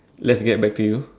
let's get back to you